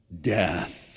death